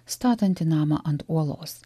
statantį namą ant uolos